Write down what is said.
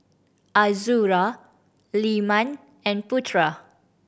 Azura Leman and Putera